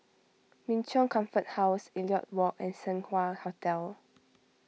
Min Chong Comfort House Elliot Walk and Seng Wah Hotel